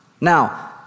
Now